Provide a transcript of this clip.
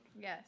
Yes